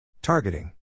Targeting